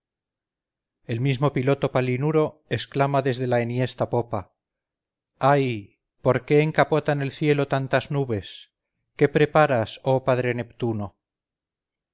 el mismo piloto palinuro exclama desde la enhiesta popa ay por qué encapotan el cielo tantas nubes qué preparas oh padre neptuno